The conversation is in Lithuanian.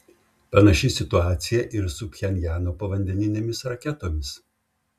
panaši situacija ir su pchenjano povandeninėmis raketomis